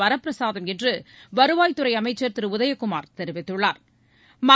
வரபிரசாதம் என்று வருவாய்த்துறை அமைச்சா் திரு உதயகுமாா் தெரிவித்துள்ளாா்